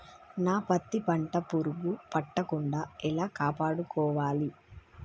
నా పత్తి పంట పురుగు పట్టకుండా ఎలా కాపాడుకోవాలి?